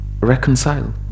reconcile